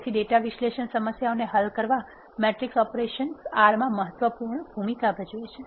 તેથી ડેટા વિશ્લેષણ સમસ્યાઓ હલ કરવા મેટ્રિક્સ ઓપરેશન્સ R માં મહત્વપૂર્ણ ભૂમિકા ભજવે છે